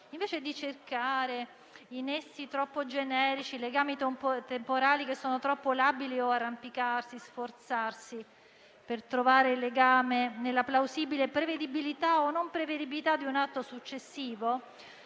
Invece di cercare nessi troppo generici, legami temporali che sono troppo labili o arrampicarsi e sforzarsi per trovare il legame nella plausibile prevedibilità o non prevedibilità di un atto successivo,